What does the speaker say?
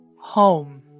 Home